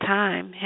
time